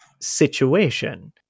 situation